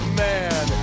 man